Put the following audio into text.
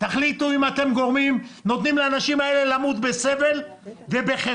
תחליטו אם אתם נותנים לאנשים האלה למות בסבל ובחרפה,